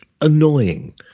annoying